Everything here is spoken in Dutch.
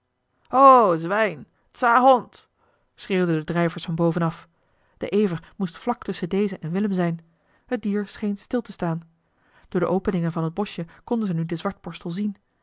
zwijn tsa hond schreeuwden de drijvers van boven af de ever moest vlak tusschen dezen en willem zijn het dier scheen stil te staan door de openingen van het boschje konden ze nu den zwartborstel zien